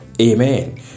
Amen